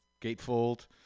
Gatefold